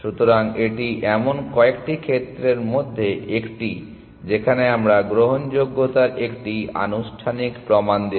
সুতরাং এটি এমন কয়েকটি ক্ষেত্রের মধ্যে একটি যেখানে আমরা গ্রহণযোগ্যতার একটি আনুষ্ঠানিক প্রমাণ দেব